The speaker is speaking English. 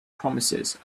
promises